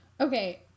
Okay